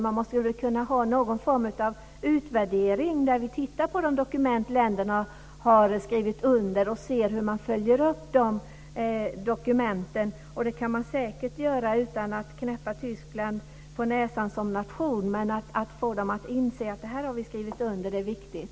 Man måste kunna ha någon form av utvärdering där vi tittar på de dokument länderna har skrivit under och se hur man följer upp de dokumenten. Det kan man säkert göra utan att knäppa Tyskland på näsan som nation utan få dem att inse att det här har vi skrivit under, och det är viktigt.